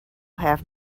have